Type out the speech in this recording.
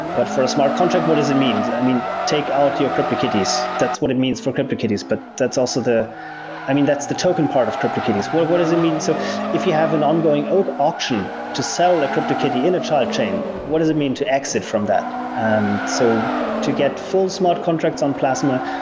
but for a smart contract, what does it mean? i mean, take out your cryptokitties. that's what it means for crytokitties, but that's also the i mean, that's the token part of cryptokitties. what what does it mean? so if you have an ongoing ah auction to sell a cryptokitty in a child chain, what does it mean to exit from that? and so to get full smart contracts on plasma,